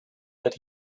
that